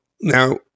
now